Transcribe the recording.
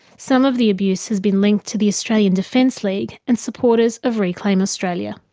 some of the abuse has been linked to the australian defence league and supporters of reclaim australia.